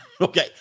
Okay